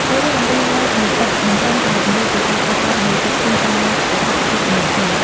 មេរៀនអំពីវដ្តនៃទឹកមិនត្រឹមតែពន្យល់ពីការកកើតនៃទឹកភ្លៀងតាមបែបបច្ចេកទេសប៉ុណ្ណោះទេ។